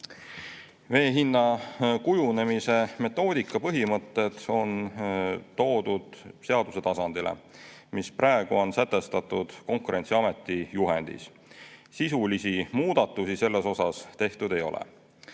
Vee hinna kujunemise metoodika põhimõtted on toodud seaduse tasandile, mis praegu on sätestatud Konkurentsiameti juhendis. Sisulisi muudatusi seal tehtud ei ole.